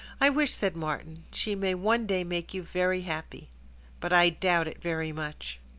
i wish, said martin, she may one day make you very happy but i doubt it very much.